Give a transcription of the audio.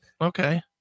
Okay